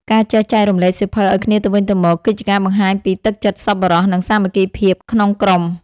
ការចេះចែករំលែកសៀវភៅឱ្យគ្នាទៅវិញទៅមក គឺជាការបង្ហាញពីទឹកចិត្តសប្បុរស និងសាមគ្គីភាពក្នុងក្រុម។